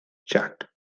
chart